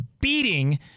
beating